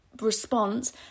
response